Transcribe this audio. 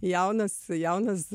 jaunas jaunas